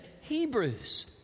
Hebrews